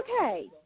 okay